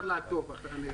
אי-אפשר לעקוב אחרי זה.